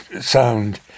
sound